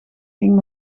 ging